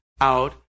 out